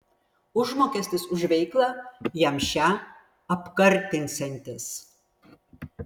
užmokestis už veiklą jam šią apkartinsiantis